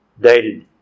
dated